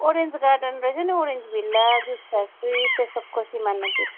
orange garden रहेछ orange villa juice factory त्यो सबको सिमानातिर